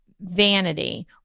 vanity